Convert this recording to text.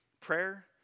prayer